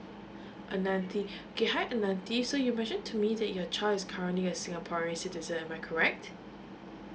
ananthiy okay hi ananthiy so you mentioned to me that your child is currently a singaporean citizen am I correct